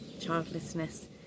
childlessness